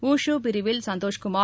wushu பிரிவில் சந்தோஷ் குமார்